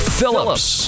Phillips